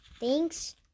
thanks